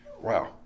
Wow